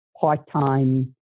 part-time